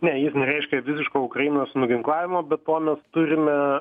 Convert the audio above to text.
ne jis nereiškia visiško ukrainos nuginklavimo bet tuo mes turime